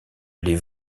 les